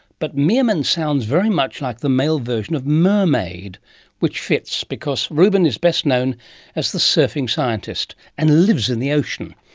but meerman sounds very much like the male version of mermaid which fits, because ruben is best known as the surfing scientist and lives in the ocean.